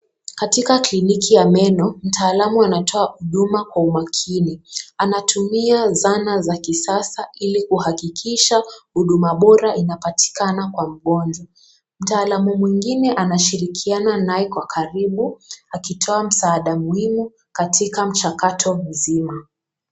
Katika kliniki ya meno, mtaalamu anatoa huduma kwa umakini, akitumia zana za kisasa ili kuhakikisha huduma bora inapatikana kwa mgonjwa. Mtaalamu mwingine anashirikiana naye kwa karibu akitoa msada mwingine katika mchakato mzima.